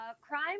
Crime